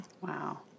Wow